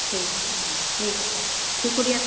ٹھیک ہے ٹھیک ہے سر شکریہ